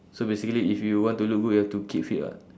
so basically if you want to look good you have to keep fit [what]